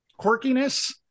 quirkiness